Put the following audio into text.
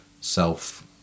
self